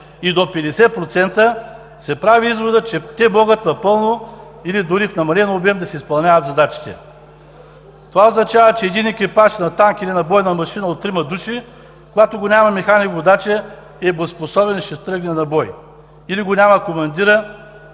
и до 50%, се прави изводът, че те могат напълно или дори в намален обем да си изпълняват задачите. Това означава, че един екипаж на танк или на бойна машина от трима души, когато го няма механик-водача, е боеспособен и ще тръгне на бой, или го няма командира,